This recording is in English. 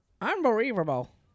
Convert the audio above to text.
Unbelievable